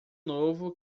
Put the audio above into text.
novo